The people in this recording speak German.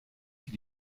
die